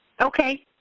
Okay